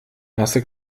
nasse